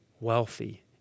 wealthy